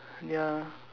ya